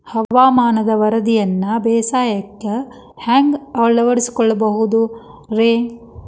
ಹವಾಮಾನದ ವರದಿಯನ್ನ ಬೇಸಾಯಕ್ಕ ಹ್ಯಾಂಗ ಅಳವಡಿಸಿಕೊಳ್ಳಬಹುದು ರೇ?